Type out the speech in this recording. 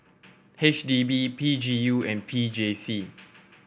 H D B P G U and P J C